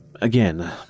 Again